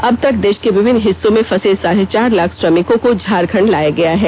अब तक देष के विभिन्न हिस्सों में फंसे साढ़े चार लाख श्रमिकों को झारखण्ड लाया गया है